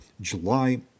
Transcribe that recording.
July